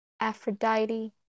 Aphrodite